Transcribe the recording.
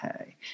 Okay